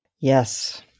Yes